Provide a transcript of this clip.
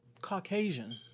Caucasian